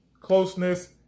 closeness